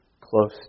close